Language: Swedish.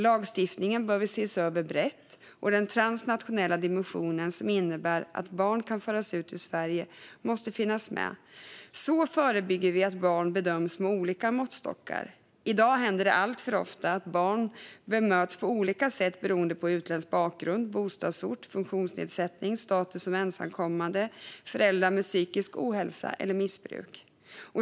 Lagstiftningen behöver ses över brett, och den transnationella dimensionen som innebär att barn kan föras ut ur Sverige måste finnas med. Så förebygger vi att barn bedöms med olika måttstockar. I dag händer det alltför ofta att barn bemöts på olika sätt beroende på utländsk bakgrund, bostadsort, funktionsnedsättning, status som ensamkommande, föräldrar med psykisk ohälsa eller missbruk.